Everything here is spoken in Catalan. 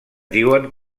diuen